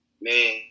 Man